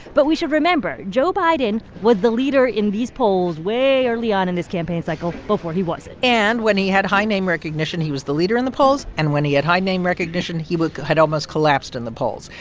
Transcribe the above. but we should remember. joe biden was the leader in these polls way early on in this campaign cycle before he wasn't and when he had high name recognition, he was the leader in the polls. and when he had high name recognition, he had almost collapsed in the polls.